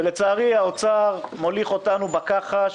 לצערי משרד האוצר מוליך אותנו בכחש